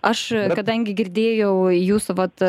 aš kadangi girdėjau jūsų vat